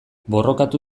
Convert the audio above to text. borrokatu